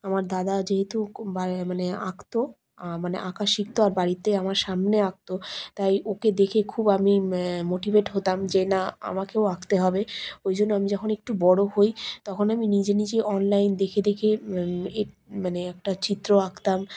আমার দাদা যেহেতু খু মানে মানে আঁকতো মানে আঁকা শিখতো আর বাড়িতে আমার সামনে আঁকতো তাই ওকে দেখে খুব আমি মোটিভেট হতাম যে না আমাকেও আঁকতে হবে ওই জন্য আমি যখন একটু বড়ো হই তখন আমি নিজে নিজে অনলাইন দেখে দেখে মানে একটা চিত্র আঁকতাম